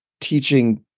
teaching